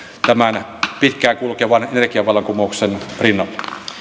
tämän pitkään kulkevan energiavallankumouksen rinnalla